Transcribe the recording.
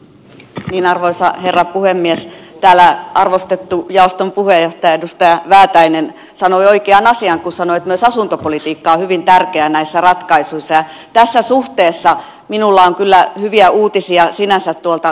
niin arvoisa herra puhemies täällä arvostettu jaoston puheenjohtaja edustaja väätäinen sanoi oikean asian kun sanoi että myös asuntopolitiikka on hyvin tärkeä näissä ratkaisuissa ja tässä suhteessa minulla on kyllä hyviä uutisia sinänsä tuolta kehyksestä